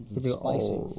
spicy